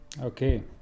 Okay